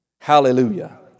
Hallelujah